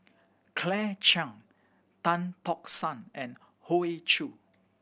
Claire Chiang Tan Tock San and Hoey Choo